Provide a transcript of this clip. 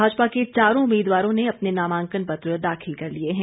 भाजपा के चारों उम्मीदवारों ने अपने नामांकन पत्र दाखिल कर लिए हैं